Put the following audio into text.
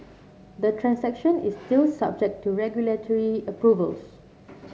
the transaction is still subject to regulatory approvals